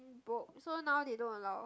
broke so now they don't allow